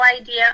idea